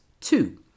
two